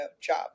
job